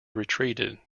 retreated